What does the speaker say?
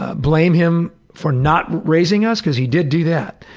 ah blame him for not raising us, cause he did do that,